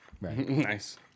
Nice